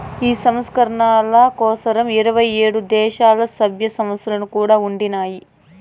ఈ సంస్కరణల కోసరం ఇరవై ఏడు దేశాల్ల, సభ్య సంస్థలు కూడా ఉండినాయి